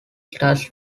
states